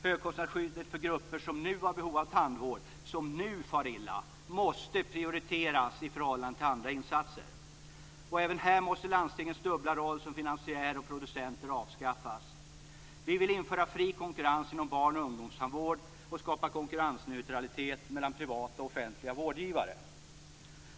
Högkostnadsskyddet för grupper som nu har behov av tandvård - som nu far illa - måste prioriteras i förhållande till andra insatser. Även här måste landstingets dubbla roll som finansiär och producent avskaffas. Vi vill införa fri konkurrens inom barnoch ungdomstandvård och skapa konkurrensneutralitet mellan privata och offentliga vårdgivare.